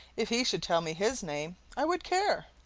if he should tell me his name, i would care.